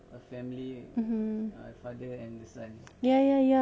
ya ya ya that is my favourite too should we go there